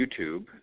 YouTube